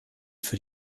für